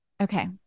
Okay